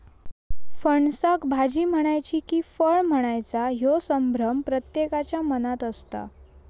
फणसाक भाजी म्हणायची कि फळ म्हणायचा ह्यो संभ्रम प्रत्येकाच्या मनात असता